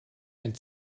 ein